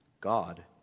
God